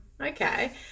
Okay